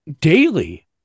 daily